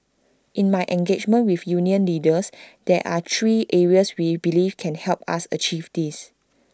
in my engagement with union leaders there are three areas we believe can help us achieve this